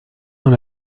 dans